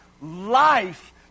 life